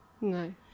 No